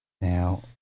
Now